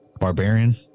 Barbarian